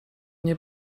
nie